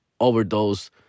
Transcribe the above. overdose